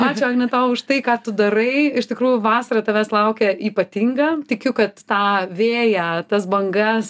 ačiū agne tau už tai ką tu darai iš tikrųjų vasarą tavęs laukia ypatinga tikiu kad tą vėją tas bangas